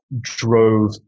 drove